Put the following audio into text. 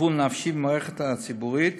טיפול נפשי במערכת הציבורית,